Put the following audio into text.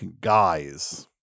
guys